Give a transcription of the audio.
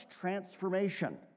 transformation